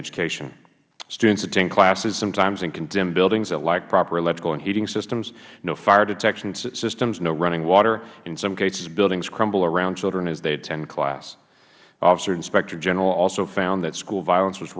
education students attend classes sometimes in condemned buildings that lack proper electrical and heating systems no fire detection systems no running water in some cases buildings crumble around children as they attend class the office of inspector general also found that school violence was